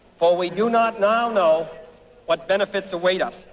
for we do not now know what benefits await um